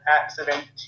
accident